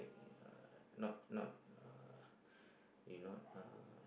uh not not uh he not uh